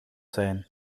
zijn